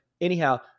anyhow